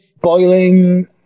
boiling